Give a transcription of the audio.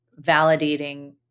validating